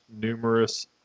numerous